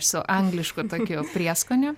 su anglišku tokiu prieskoniu